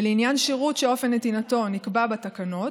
ולעניין שירות שאופן נתינתו נקבע בתקנות,